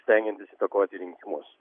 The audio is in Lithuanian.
stengiantis įtakoti rinkimus